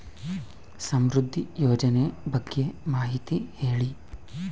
ಸಮೃದ್ಧಿ ಯೋಜನೆ ಬಗ್ಗೆ ಮಾಹಿತಿ ಹೇಳಿ?